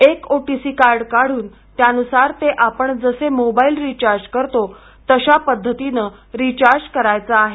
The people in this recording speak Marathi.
एक ओ टी सी कार्ड काढून त्यानुसार ते आपण जसे मोबाईल रिचार्ज करतो तशा पद्धतीनं रिचार्ज करायचं आहे